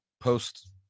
post